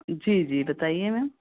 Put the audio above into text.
जी जी बताइए मैम